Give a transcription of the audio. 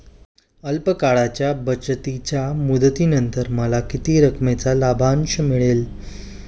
अल्प काळाच्या बचतीच्या मुदतीनंतर मला किती रकमेचा लाभांश मिळेल?